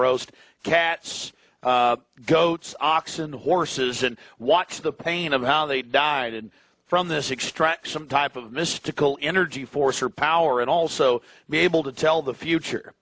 roast cats goats oxen horses and watch the pain of how they died and from this extract some type of mystical energy force or power and also be able to tell the future